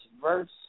verse